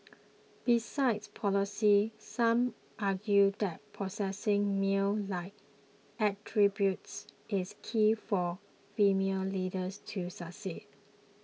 besides policies some argue that possessing male like attributes is key for female leaders to succeed